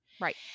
Right